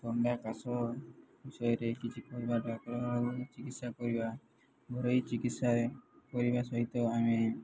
ଥଣ୍ଡା କାଶ ବିଷୟରେ କିଛି ପର ଡାକ୍ତରଙ୍କ ଚିକିତ୍ସା କରିବା ଘରୋଇ ଚିକିତ୍ସାରେ କରିବା ସହିତ ଆମେ